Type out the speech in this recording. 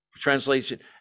Translation